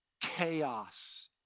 chaos